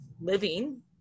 living